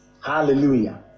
Hallelujah